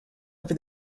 over